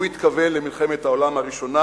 הוא התכוון למלחמת העולם הראשונה,